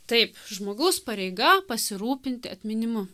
taip žmogaus pareiga pasirūpinti atminimu